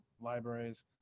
libraries